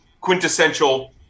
quintessential